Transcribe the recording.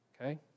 Okay